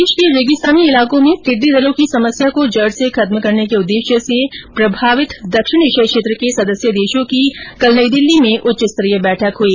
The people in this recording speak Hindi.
देश के रेगिस्तानी इलाकों में टिड्डी दलों की समस्या को जड से खत्म करने के उददेश्य से टिड्डी प्रभावित दक्षिण एशियाई क्षेत्र के सदस्य देशो की कल नई दिल्ली में उच्चस्तरीय बैठक हुई